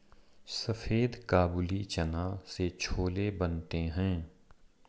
सफेद काबुली चना से छोले बनते हैं